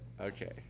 Okay